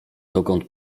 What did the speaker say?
dokąd